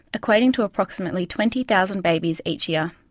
equating to approximately twenty thousand babies each year.